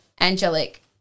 angelic